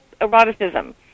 eroticism